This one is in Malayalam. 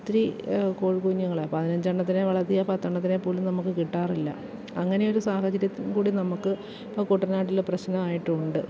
ഒത്തിരി കോഴിക്കുഞ്ഞുങ്ങളെ പതിനഞ്ചണ്ണത്തിനെ വളർത്തിയാൽ പത്തെണ്ണത്തിനെ പോലും നമുക്ക് കിട്ടാറില്ല അങ്ങനെയൊരു സാഹചര്യത്ത കൂടി നമുക്ക് ഇപ്പോൾ കുട്ടനാട്ടില് പ്രശ്നമായിട്ടുണ്ട്